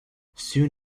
soon